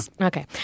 Okay